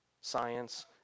science